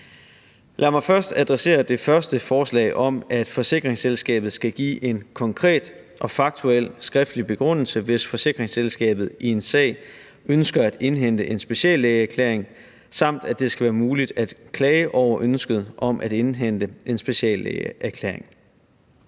Lad mig først adressere det første forslag om, at forsikringsselskabet skal give en konkret og faktuel skriftlig begrundelse, hvis forsikringsselskabet i en sag ønsker at indhente en speciallægeerklæring, samt at det skal være muligt at klage over ønsket om at indhente en speciallægeerklæring.